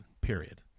period